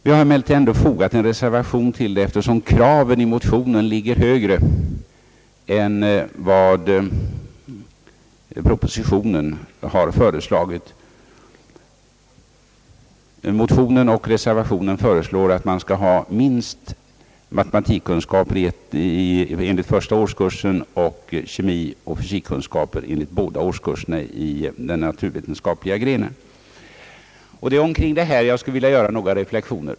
+ Vi har emellertid ändå fogat en reservation till utlåtandet, eftersom kraven i motionen ligger högre än vad propositionen har föreslagit. Motionen och reservationen föreslår, att vederbörande skall ha minst matematikkunskaper enligt första årskursen samt kemioch fysikkunskaper enligt båda årskurserna i den naturvetenskapliga grenen. Det är omkring detta spörsmål som jag skulle vilja göra några reflexioner.